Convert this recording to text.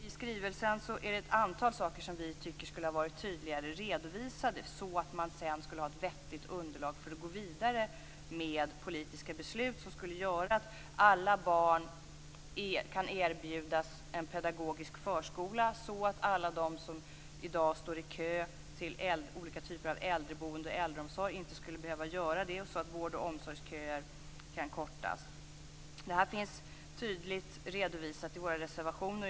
I skrivelsen är det ett antal saker som vi tycker skulle ha varit tydligare redovisade, så att man sedan kunde ha ett vettigt underlag för att gå vidare med politiska beslut, som gjorde att alla barn kan erbjudas en pedagogisk förskola, så att alla de som i dag står i kö till olika typer av äldreboende och äldreomsorg inte behövde göra det, så att vård och omsorgsköer kunde kortas. Detta finns tydligt redovisat i våra reservationer.